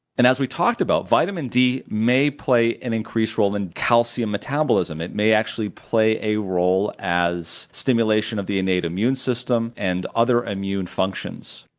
and as we talked about, vitamin d may play an increased role in calcium metabolism it may actually play a role as stimulation of the innate immune system and other immune functions.